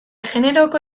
generoko